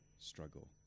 struggle